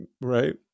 right